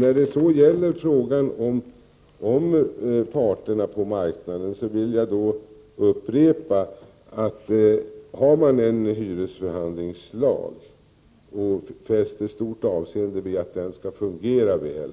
När det gäller parterna på marknaden vill jag upprepa att om man har en hyresförhandlingslag och fäster stort avseende vid att den skall fungera väl,